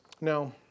Now